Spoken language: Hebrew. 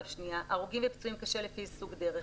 הרוגים ופצועים קשה לפי סוג דרך).